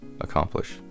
accomplish